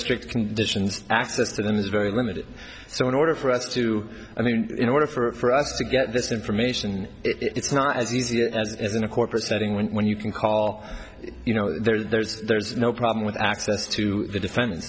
strict conditions access to them is very limited so in order for us to i mean in order for us to get this information it's not as easy as it is in a corporate setting when you can call you know there's there's no problem with access to the defen